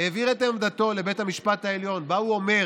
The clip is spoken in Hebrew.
העביר את עמדתו לבית המשפט העליון ובה הוא אומר